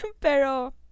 pero